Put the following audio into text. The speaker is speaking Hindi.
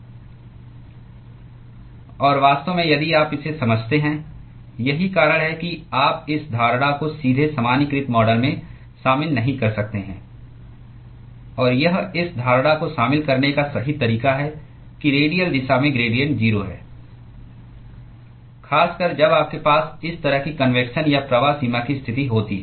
और वास्तव में यदि आप इसे समझते हैं यही कारण है कि आप इस धारणा को सीधे सामान्यीकृत मॉडल में शामिल नहीं कर सकते हैं और यह इस धारणा को शामिल करने का सही तरीका है कि रेडियल दिशा में ग्रेडिएंट 0 है खासकर जब आपके पास इस तरह की कन्वेक्शन या प्रवाह सीमा की स्थिति होती है